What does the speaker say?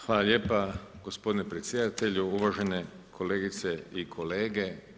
Hvala lijepa gospodine predsjedatelju, uvažene kolegice i kolege.